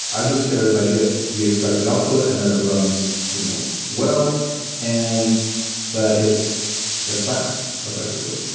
i just care that i get the expected output and that it runs you know well and that it's it's fast, effectively.